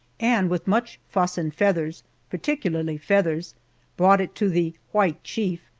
and with much fuss and feathers particularly feathers brought it to the white chief,